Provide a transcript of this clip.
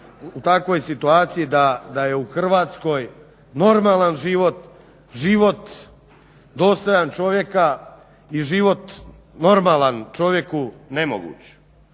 u takvoj situaciji da je u Hrvatskoj normalan život, život dostojan čovjeka i život normalan čovjeku nemoguć,